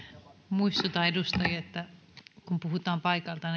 muistutan edustajia että kun puhutaan paikaltaan